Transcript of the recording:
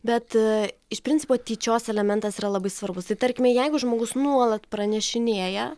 bet iš principo tyčios elementas yra labai svarbus ir tarkime jeigu žmogus nuolat pranešinėja